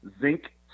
Zinc